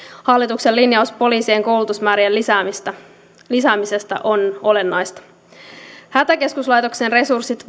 hallituksen linjaus poliisien koulutusmäärien lisäämisestä on olennainen hätäkeskuslaitoksen resurssit